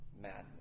madness